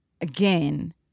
again